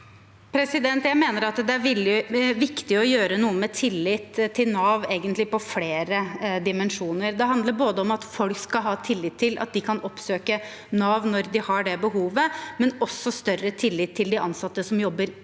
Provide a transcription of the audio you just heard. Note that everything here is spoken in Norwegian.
Jeg mener at det er vik- tig å gjøre noe med tilliten til Nav på flere dimensjoner, egentlig. Det handler både om at folk skal ha tillit til at de kan oppsøke Nav når de har det behovet, og om større tillit til de ansatte som jobber